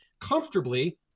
comfortably